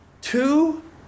two